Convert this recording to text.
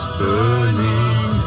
burning